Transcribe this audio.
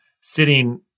sitting